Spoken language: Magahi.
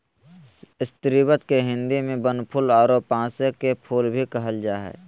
स्रीवत के हिंदी में बनफूल आरो पांसे के फुल भी कहल जा हइ